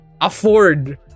afford